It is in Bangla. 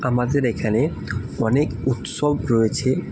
আমাদের এখানে অনেক উৎসব রয়েছে